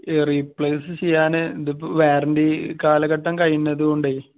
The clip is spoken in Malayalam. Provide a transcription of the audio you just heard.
റീപ്ലേസ് ചെയ്യാൻ ഇത് ഇപ്പോൾ വാറണ്ടി കാലഘട്ടം കഴിയുന്നത് കൊണ്ട്